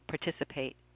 participate